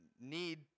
need